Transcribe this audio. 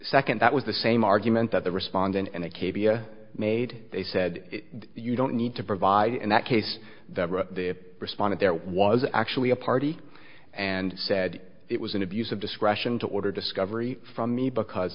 second that was the same argument that the respondent and a caveat made they said you don't need to provide in that case they responded there was actually a party and said it was an abuse of discretion to order discovery from me because